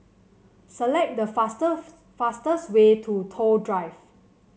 select the fast fastest way to Toh Drive